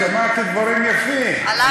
שמעתי דברים יפים,